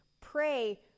pray